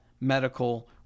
medical